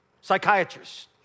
psychiatrists